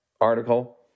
article